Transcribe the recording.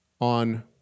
on